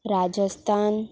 Rajasthan